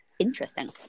Interesting